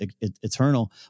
eternal